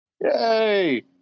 Yay